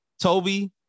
Toby